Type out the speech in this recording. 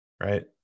right